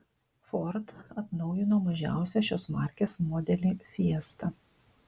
ford atnaujino mažiausią šios markės modelį fiesta